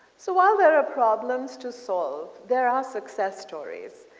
so while there are problems to solve, there are success storis.